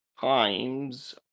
Times